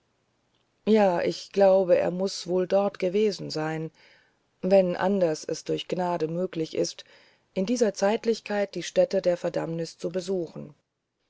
ja ich glaube er muß wohl dort gewesen sein wenn anders es durch gnade möglich ist in dieser zeitlichkeit die stätten der verdammnis zu besuchen